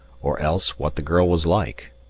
or else what the girl was like.